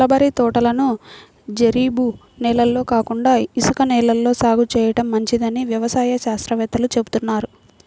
mulberry తోటలను జరీబు నేలల్లో కాకుండా ఇసుక నేలల్లో సాగు చేయడం మంచిదని వ్యవసాయ శాస్త్రవేత్తలు చెబుతున్నారు